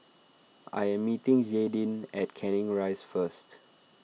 I am meeting Jaydin at Canning Rise first